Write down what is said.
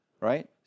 right